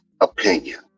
opinion